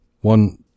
One